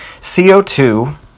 CO2